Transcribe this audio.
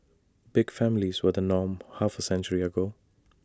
big families were the norm half A century ago